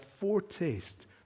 foretaste